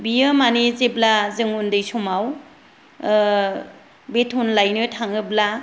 बियो माने जेब्ला जोङो ओन्दै समाव बेथन लायनो थाङोब्ला